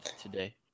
today